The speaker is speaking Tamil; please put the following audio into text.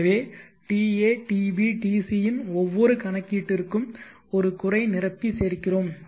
எனவே ta tb tc இன் ஒவ்வொரு கணக்கீட்டிற்கும் ஒரு குறை நிரப்பி சேர்க்கிறோம்